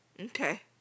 Okay